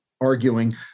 arguing